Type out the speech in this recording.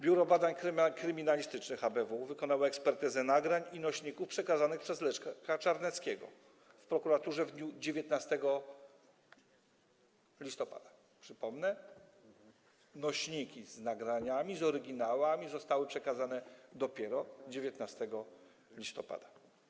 Biuro Badań Kryminalistycznych ABW wykonało ekspertyzę nagrań i nośników przekazanych przez Leszka Czarneckiego prokuraturze w dniu 19 listopada, przypomnę: nośniki z nagraniami, z oryginałami zostały przekazane dopiero 19 listopada.